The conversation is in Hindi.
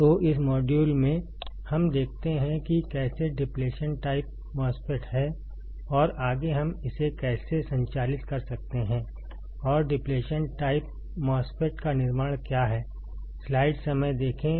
तो इस मॉड्यूल में हम देखते हैं कि कैसे डिप्लेशन टाइप MOSFET है और आगे हम इसे कैसे संचालित कर सकते हैं और डिप्लेशन टाइप MOSFET का निर्माण क्या है